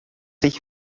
ich